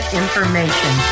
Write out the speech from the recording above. information